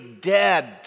dead